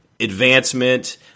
Advancement